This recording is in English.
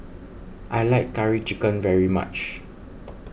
I like Curry Chicken very much